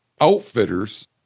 outfitters